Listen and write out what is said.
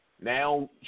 Now